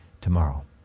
tomorrow